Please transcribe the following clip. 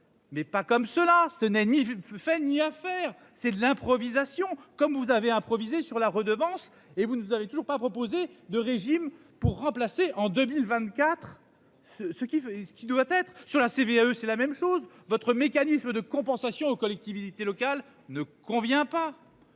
Mais pas comme cela, ce n'est ni je ne se fait ni à faire, c'est de l'improvisation comme vous avez improvisé sur la redevance et vous nous avez toujours pas proposé de régime pour remplacer en 2024 ce ce qui est ce qui doit être sur la CVAE. C'est la même chose. Votre mécanisme de compensation aux collectivités locales ne convient pas